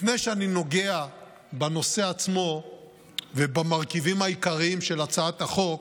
לפני שאני נוגע בנושא עצמו ובמרכיבים העיקריים של הצעת החוק,